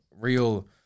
real